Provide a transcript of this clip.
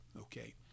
okay